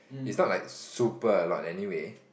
is no like super a lot anyway